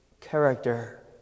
character